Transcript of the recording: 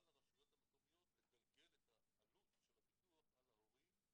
לרשויות המקומיות לגלגל את העלות של הביטוח על ההורים.